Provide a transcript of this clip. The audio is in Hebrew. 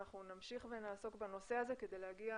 אנחנו נמשיך ונעסוק בנושא הזה כדי להגיע